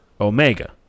Omega